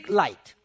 light